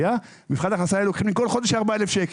במבחן הכנסה היו לוקחים לי כל חודש 4,000 שקל.